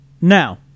Now